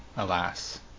Alas